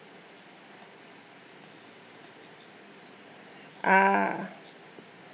ah